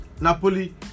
Napoli